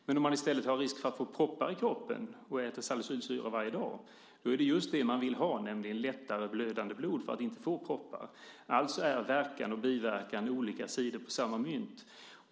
Men om man i stället har risk för att få proppar i kroppen och äter acetylsalicylsyra varje dag är det just det man vill ha, nämligen lättare blödande blod för att inte få proppar. Alltså är verkan och biverkan olika sidor av samma mynt.